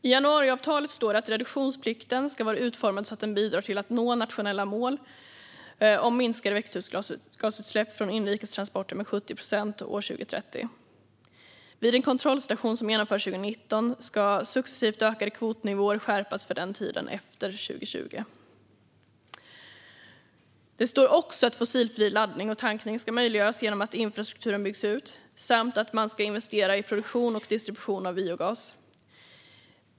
I januariavtalet står att "reduktionsplikten ska vara utformad så att den bidrar till att nå det nationella målet om minskade växthusgasutsläpp från inrikes transporter med 70 procent år 2030. Vid en kontrollstation som genomförs 2019 ska successivt ökade kvotnivåer skärpas för tiden efter 2020". Det står också att "fossilfri laddning och tankning ska möjliggöras genom att infrastrukturen byggs ut" samt att man ska "investera i produktion och distribution av biogas".